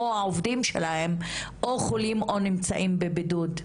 העובדים שלהם או חולים או נמצאים בבידוד.